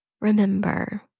remember